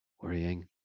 worrying